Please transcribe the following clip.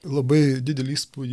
labai didelį įspūdį